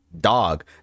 Dog